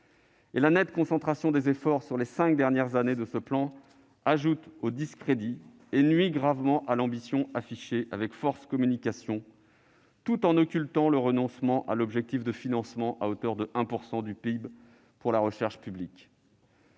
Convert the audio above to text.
! La nette concentration des efforts sur les cinq dernières années de ce plan ajoute au discrédit et nuit gravement à l'ambition affichée avec force communication, tout en occultant le renoncement à l'objectif de financement à hauteur de 1 % du PIB de la recherche publique.